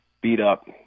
beat-up